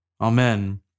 Amen